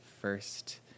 first